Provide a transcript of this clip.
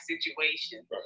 situation